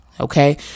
Okay